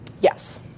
Yes